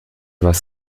was